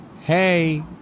hey